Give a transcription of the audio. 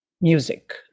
music